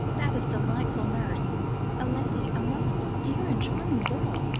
baba's delightful nurse a lady, a most dear and charming girl,